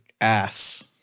ass